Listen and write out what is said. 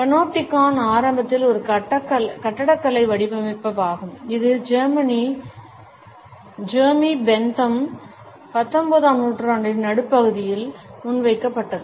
panopticon ஆரம்பத்தில் ஒரு கட்டடக்கலை வடிவமைப்பாகும் இது ஜெர்மி பெந்தம் 19 ஆம் நூற்றாண்டின் நடுப்பகுதியில் முன்வைக்கப்பட்டது